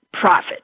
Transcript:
Profit